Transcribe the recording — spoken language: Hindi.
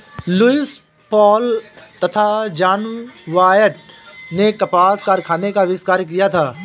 लुईस पॉल तथा जॉन वॉयट ने कपास कारखाने का आविष्कार किया था